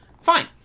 fine